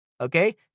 okay